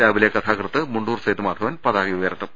രാവിലെ കഥാകൃത്ത് മുണ്ടൂർ സേതു മാധവൻ പ്രതാക ഉയർത്തും